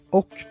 och